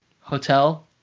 hotel